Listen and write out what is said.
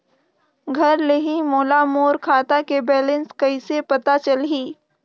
घर ले ही मोला मोर खाता के बैलेंस कइसे पता चलही?